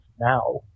now